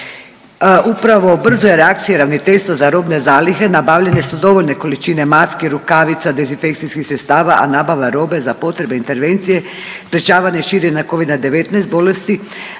Upravo brzoj reakciji Ravnateljstva za robne zalihe nabavljene su dovoljne količine maske, rukavica, dezinfekcijskih sredstava, a nabava robe za potrebe intervencije sprečavanja širenja covida-19 bolesti